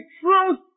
truth